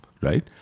right